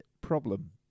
problem